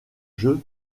jeu